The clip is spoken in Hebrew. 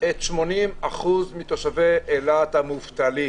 80% מתושבי אילת המובטלים.